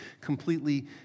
completely